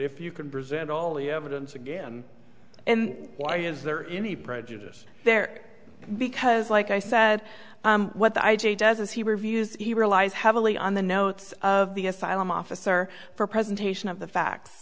if you can present all the evidence again and why is there any prejudice there because like i said what the i g does is he reviews he relies heavily on the notes of the asylum officer for presentation of the facts